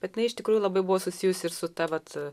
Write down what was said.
bet jinai iš tikrųjų labai buvo susijusi ir su ta vat